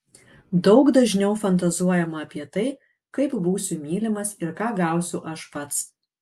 daug dažniau fantazuojama apie tai kaip būsiu mylimas ir ką gausiu aš pats